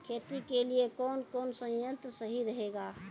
खेती के लिए कौन कौन संयंत्र सही रहेगा?